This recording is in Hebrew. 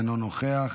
אינו נוכח,